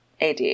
AD